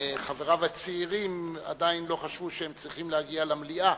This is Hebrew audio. חבריו הצעירים עדיין לא חשבו שהם צריכים להגיע למליאה.